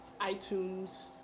iTunes